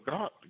God